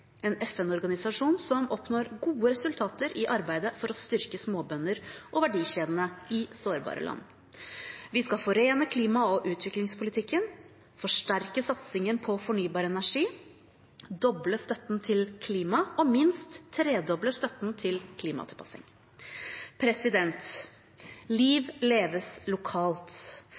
som oppnår gode resultater i arbeidet for å styrke småbønder og verdikjedene i sårbare land. Vi skal forene klima- og utviklingspolitikken, forsterke satsingen på fornybar energi, doble støtten til klima og minst tredoble støtten til klimatilpasning. Liv leves lokalt.